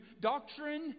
doctrine